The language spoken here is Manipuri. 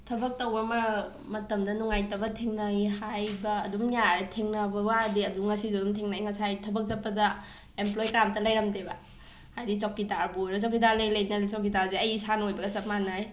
ꯊꯕꯛ ꯇꯧꯕ ꯃ ꯃꯇꯝꯗ ꯅꯨꯉꯥꯏꯇꯕ ꯊꯦꯡꯅꯩ ꯍꯥꯏꯕ ꯑꯗꯨꯝ ꯌꯥꯔꯦ ꯊꯦꯡꯅꯕ ꯋꯥꯗꯤ ꯉꯁꯤꯁꯨ ꯑꯗꯨꯝ ꯊꯦꯡꯅꯩ ꯉꯥꯁꯥꯏ ꯊꯕꯛ ꯆꯠꯄꯗ ꯑꯦꯝꯄ꯭ꯂꯣꯏ ꯀꯅꯥꯝꯇ ꯂꯩꯔꯝꯗꯦꯕ ꯍꯥꯏꯗꯤ ꯆꯧꯀꯤꯗꯥꯔꯕꯨ ꯑꯣꯏꯔꯣ ꯆꯧꯀꯤꯗꯥꯔ ꯂꯩ ꯂꯩꯅ ꯆꯧꯀꯤꯗꯥꯔꯁꯦ ꯑꯩ ꯏꯁꯥꯅ ꯑꯣꯏꯕꯒ ꯆꯞ ꯃꯥꯟꯅꯩ